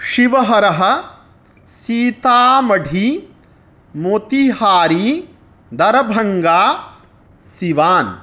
शिवहरः Sitamarhi Motihari Darbhanga Siwan